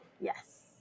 Yes